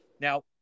Now